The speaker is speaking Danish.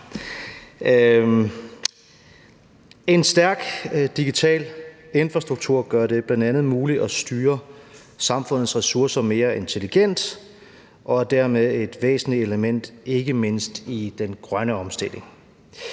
En stærk digital infrastruktur gør det bl.a. muligt at styre samfundets ressourcer mere intelligent og er dermed et væsentligt element, ikke mindst i den grønne omstilling.